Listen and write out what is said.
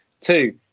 two